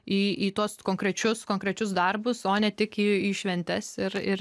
į į tuos konkrečius konkrečius darbus o ne tik į į šventes ir ir